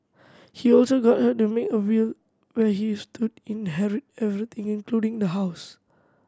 he also got her to make a will where he stood inherit everything including the house